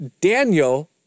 Daniel